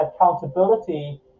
accountability